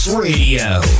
Radio